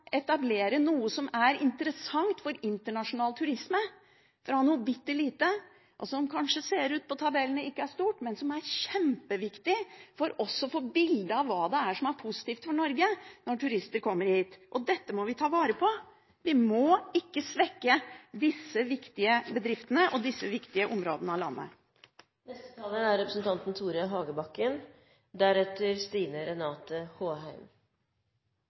etablere noe som er interessant for internasjonal turisme – fra noe bitte lite, som kanskje ikke ser stort ut i tabellene, men som er kjempeviktig for å få et bilde av hva som er positivt for Norge, når turister kommer hit. Dette må vi ta vare på. Vi må ikke svekke disse viktige bedriftene og disse viktige områdene av